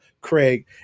Craig